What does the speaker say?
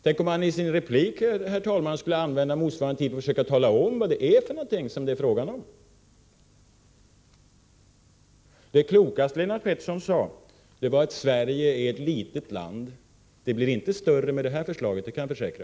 Tänk om han i sin replik, herr talman, skulle använda motsvarande tid till att försöka tala om vad det är för någonting! Det klokaste Lennart Pettersson sade var att Sverige är ett litet land. Det blir inte större med det här förslaget, det kan jag försäkra.